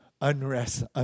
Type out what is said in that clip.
unrest